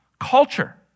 culture